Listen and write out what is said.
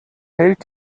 held